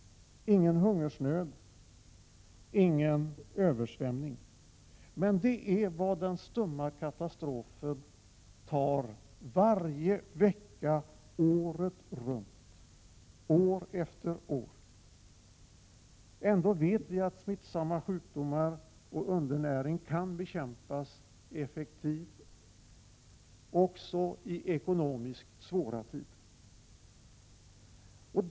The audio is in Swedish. Det är vad den stumma katastrofen för med sig varje vecka året som, år efter år. Ändå vet vi att smittsamma sjukdomar och undernäring effektivt kan bekämpas också i ekonomiskt svåra tider.